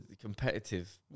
competitive